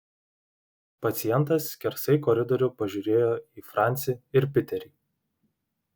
pacientas skersai koridorių pažiūrėjo į francį ir piterį